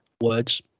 Words